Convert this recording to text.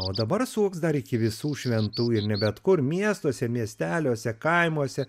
o dabar suoks dar iki visų šventų ir ne bet kur miestuose miesteliuose kaimuose